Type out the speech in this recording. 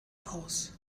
aus